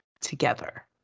together